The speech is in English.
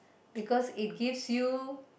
because it gives you